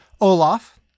Olaf